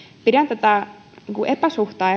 pidän tätä epäsuhtaa